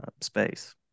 space